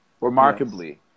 remarkably